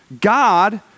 God